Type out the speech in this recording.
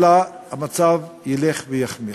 אלא המצב ילך ויחמיר,